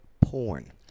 porn